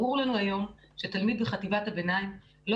ברור לנו היום שתלמיד בחטיבת הביניים לא